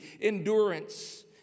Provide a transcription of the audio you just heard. endurance